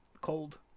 Cold